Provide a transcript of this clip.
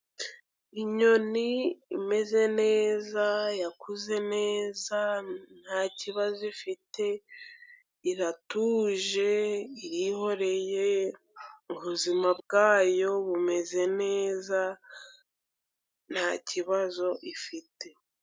Inyoni imeze neza yakuze neza ntakibazo ifite, iratuje yihoreye ubuzima bwayo bumeze neza ntakibazo ifite.